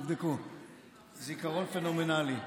זיכרון פנומנלי.